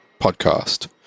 podcast